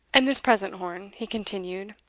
and this present horn, he continued,